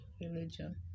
religion